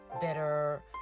better